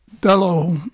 Bellow